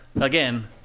Again